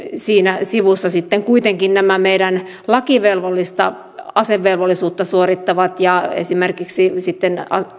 siinä sivussa sitten kuitenkin nämä meidän lakivelvollista asevelvollisuutta suorittavat ja esimerkiksi sitten